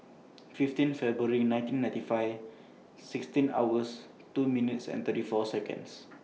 fifteen February nineteen ninety five sixteen hours two minutes and thirty four Seconds